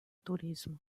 turismo